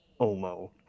omo